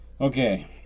Okay